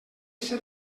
ser